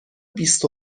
بیست